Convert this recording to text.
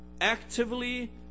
actively